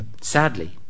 Sadly